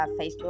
Facebook